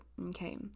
okay